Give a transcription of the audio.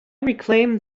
reclaim